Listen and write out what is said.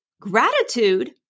Gratitude